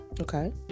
Okay